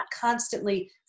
constantly